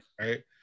right